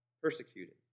persecuted